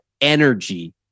energy